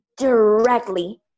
directly